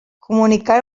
comunicar